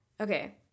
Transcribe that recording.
Okay